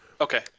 okay